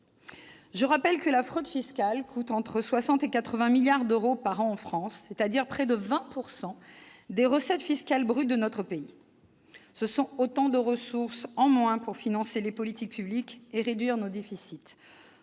le rappelle, la fraude fiscale coûte entre 60 milliards et 80 milliards d'euros par an, soit près de 20 % des recettes fiscales brutes de notre pays. Ce sont autant de ressources en moins pour financer les politiques publiques et réduire nos déficits.